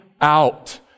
out